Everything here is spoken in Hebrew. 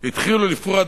התחילו לפרוע,